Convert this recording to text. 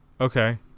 okay